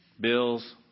Bills